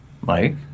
Mike